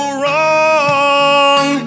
wrong